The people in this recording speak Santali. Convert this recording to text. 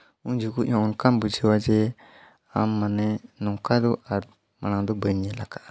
ᱩᱱ ᱡᱚᱠᱷᱚᱡ ᱦᱚᱸ ᱚᱱᱠᱟᱢ ᱵᱩᱡᱷᱟᱹᱣᱟ ᱡᱮ ᱟᱢ ᱢᱟᱱᱮ ᱱᱚᱝᱠᱟ ᱫᱚ ᱟᱨ ᱢᱟᱲᱟᱝ ᱫᱚ ᱵᱟᱹᱧ ᱧᱮᱞ ᱟᱠᱟᱫᱼᱟ